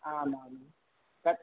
आमाम् तत्